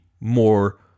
more